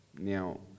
Now